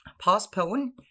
postpone